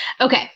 Okay